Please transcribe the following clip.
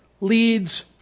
leads